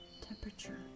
temperature